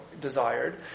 desired